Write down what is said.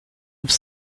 have